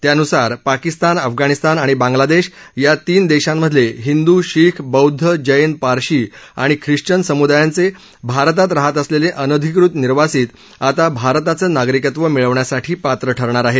त्यानुसार पाकिस्तान अफगाणिस्तान आणि बांग्लादेश या तीन देशांमधले हिंद शिख बौद्ध जैन पारसी आणि खिश्चन समुदायांचे भारतात राहात असलेले अनधिकृत निर्वासित आता भारताचं नागरिकत्व मिळवण्यासाठी पात्र ठरणार आहेत